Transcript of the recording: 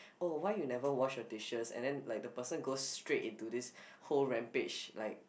oh why you never wash your dishes and then like the person goes straight into this whole rampage like